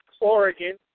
Oregon